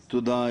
תודה,